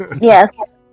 Yes